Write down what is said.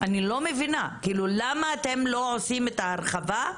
אני לא מבינה, למה אתם לא עושים את ההרחבה,